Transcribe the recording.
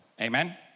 amen